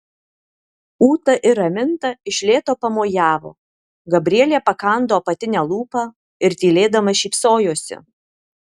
ūta ir raminta iš lėto pamojavo gabrielė pakando apatinę lūpą ir tylėdama šypsojosi